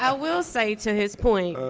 ah will say, to his point,